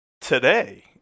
Today